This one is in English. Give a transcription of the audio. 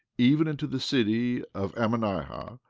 even into the city of ammonihah,